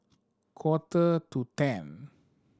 quarter to ten